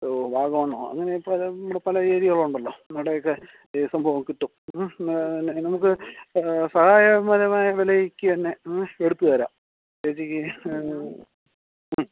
വാഗമണ്ണോ അങ്ങനെയൊക്കെ പല നമ്മുടെ പല ഏരിയകൾ ഉണ്ടല്ലോ അവിടെയൊക്കെ ഈ സംഭവം കിട്ടും പിന്നെ നമുക്ക് സഹായകപരമായ വിലയ്ക്ക് എന്നെ എടുത്തു തരാം ചേച്ചിക്ക്